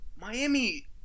Miami